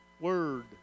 Word